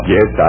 Yes